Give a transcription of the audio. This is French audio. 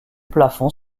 plafond